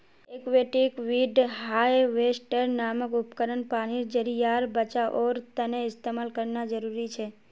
aquatic weed harvester नामक उपकरण पानीर ज़रियार बचाओर तने इस्तेमाल करना ज़रूरी छे